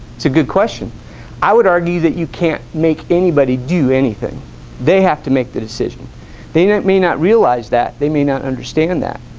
good question i would argue that you can't make anybody do anything they have to make the decision they they may not realize that they may not understand that